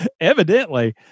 evidently